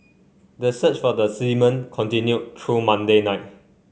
the search for the seamen continued through Monday night